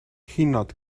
hinnad